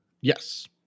Yes